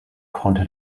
konnte